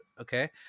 Okay